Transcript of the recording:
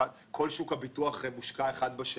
שוק הביטוח מושקע אחד בשני.